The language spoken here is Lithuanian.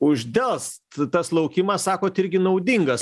uždelst tas laukimas sakot irgi naudingas